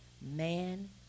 man